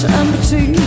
empty